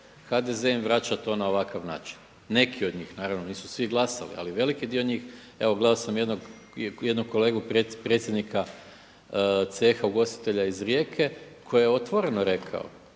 HDZ im vraća to na ovakav način, neki od njih, naravno nisu svi glasali, ali veliki dio njih. Evo gledao sam jednog kolegu predsjednika CEH-a ugostitelja iz Rijeke koji je otvoreno rekao